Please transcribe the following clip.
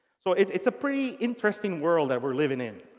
so it's a pretty interesting world that we're living in.